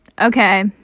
Okay